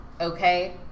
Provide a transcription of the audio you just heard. okay